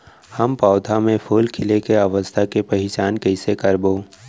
हम पौधा मे फूल खिले के अवस्था के पहिचान कईसे करबो